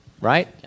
right